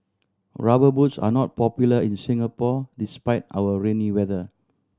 Rubber Boots are not popular in Singapore despite our rainy weather